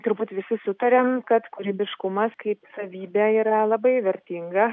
turbūt visi sutariam kad kūrybiškumas kaip savybė yra labai vertinga